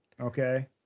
okay